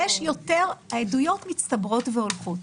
העדויות מצטברות והולכות.